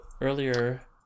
earlier